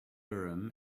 urim